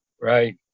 Right